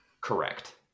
Correct